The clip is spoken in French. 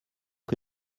que